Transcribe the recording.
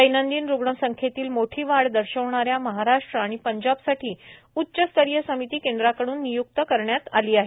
दैनंदिन रुग्णसंख्येतील मोठी वाढ दर्शविणाऱ्या महाराष्ट्र आणि पंजाबसाठी उच्च स्तरीय समिती केंद्राकडून निय्क्त करण्यात आली आहे